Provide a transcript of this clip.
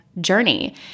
journey